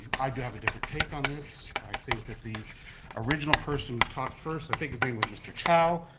i do have a different take on this. i think that the original person who talked first, i think his name was mr. chow,